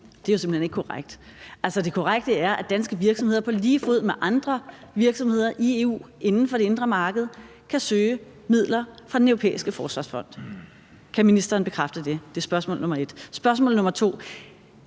Det er jo simpelt hen ikke korrekt. Det korrekte er, at danske virksomheder på lige fod med andre virksomheder i EU inden for det indre marked kan søge midler fra Den Europæiske Forsvarsfond. Kan ministeren bekræfte det? Det er spørgsmål nummer 1. Spørgsmål nummer 2: